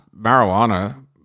Marijuana